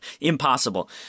Impossible